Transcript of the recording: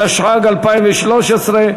התשע"ג 2013,